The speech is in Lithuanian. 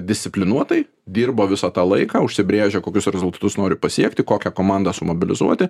disciplinuotai dirba visą tą laiką užsibrėžia kokius rezultatus nori pasiekti kokią komandą sumobilizuoti